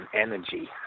energy